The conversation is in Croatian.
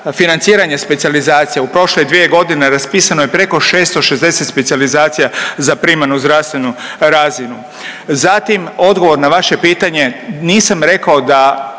financiranja specijalizacija, u prošle 2.g. raspisano je preko 660 specijalizacija za primarnu zdravstvenu razinu. Zatim odgovor na vaše pitanje, nisam rekao da